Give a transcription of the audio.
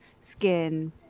skin